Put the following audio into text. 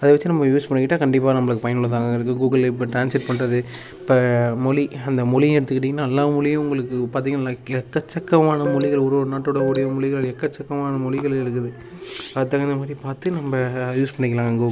அதை வச்சு நம்ம யூஸ் பண்ணிக்கிட்டால் கண்டிப்பாக நம்மளுக்கு பயனுள்ளதாங்க இருக்கு கூகுளில் இப்போ டிரான்ஸ்லேட் பண்ணுறது இப்போ மொழி அந்த மொழியை எடுத்துக்கிட்டிங்கன்னா எல்லா மொழியும் உங்களுக்கு பார்த்திங்கன்னா லைக் எக்கச்சக்கமான மொழிகள் ஒரு ஒரு நாட்டோட உரிய மொழிகள் எக்கச்சக்கமான மொழிகள் இருக்குது அதுக்கு தகுந்த மாதிரி பார்த்து நம்ம யூஸ் பண்ணிக்கலாம் கூ